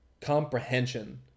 comprehension